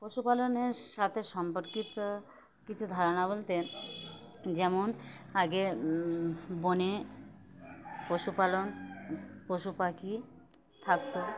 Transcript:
পশুপালনের সাথে সম্পর্কিত কিছু ধারণা বলতে যেমন আগে বনে পশুপালন পশু পাখি থাকত